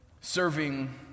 serving